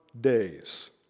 days